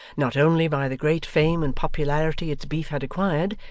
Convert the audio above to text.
not only by the great fame and popularity its beef had acquired,